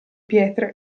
pietre